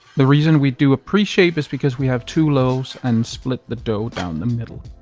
the reason we do a pre-shape this because we have two loaves and split the dough down the middle.